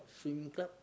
swimming club